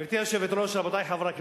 גברתי היושבת-ראש, רבותי חברי הכנסת,